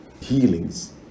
healings